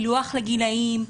פילוח לגילאים,